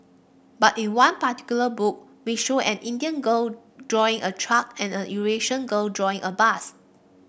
but in one particular book we show an Indian girl drawing a truck and a Eurasian girl drawing a bus